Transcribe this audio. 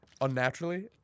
unnaturally